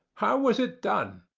how was it done?